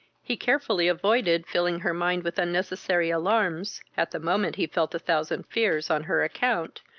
he carefully avoided filling her mind with unnecessary alarms at the moment he felt a thousand fears on her account,